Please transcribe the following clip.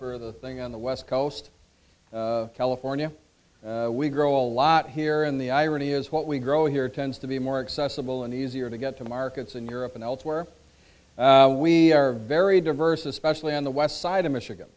for the thing on the west coast california we grow a lot here and the irony is what we grow here tends to be more accessible and easier to get to markets in europe and elsewhere we are very diverse especially on the west side of michigan